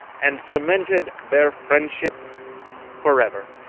and cemented their friendship for ever!